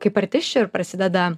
kaip artisčių ir prasideda